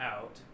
out